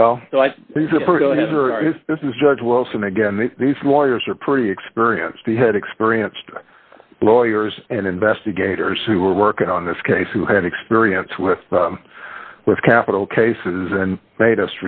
these lawyers are pretty experienced we had experienced lawyers and investigators who were working on this case who had experience with with capital cases and made a